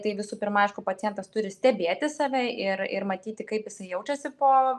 tai visų pirma aišku pacientas turi stebėti save ir ir matyti kaip jisai jaučiasi po